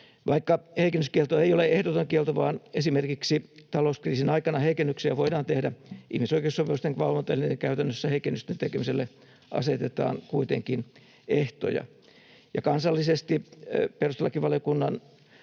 ”Vaikka heikennyskielto ei ole ehdoton kielto, vaan esimerkiksi talouskriisin aikana heikennyksiä voidaan tehdä, ihmisoikeussopimusten valvontaelinten käytännössä heikennysten tekemiselle asetetaan kuitenkin ehtoja.” Kansallisesti perustuslakivaliokunnan